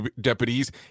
deputies